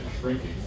shrinking